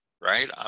right